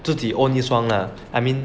自己 own 一双 lah I mean